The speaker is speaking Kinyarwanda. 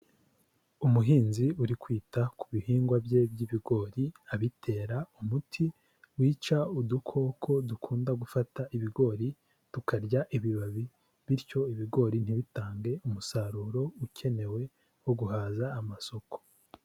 Umuhinzi uri kwita ku bihingwa bye by'ibigori abitera umuti wica udukoko dukunda gufata ibigori tukarya ibibabi, bityo ibigori ntibitange umusaruro ukenewe wo guhaza amasoko.